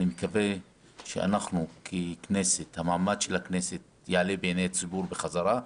אני מקווה שהמעמד של הכנסת יעלה בעיני ציבור בחזרה,